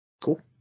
Cool